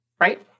right